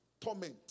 torment